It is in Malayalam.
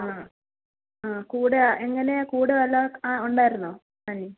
ആ ആ കൂടെ എങ്ങനെയാണ് കൂടെ ഉള്ളവർക്ക് ആ ഉണ്ടായിരുന്നോ പനി